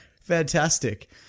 Fantastic